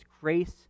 grace